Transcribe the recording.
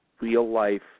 real-life